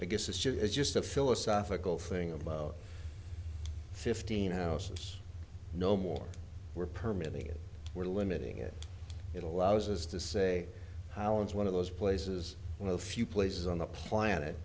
i guess it's just it's just a philosophical thing about fifteen houses no more we're permitting it we're limiting it it allows us to say how it's one of those places one of the few places on the planet